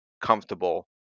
comfortable